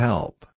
Help